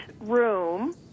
room